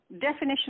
definition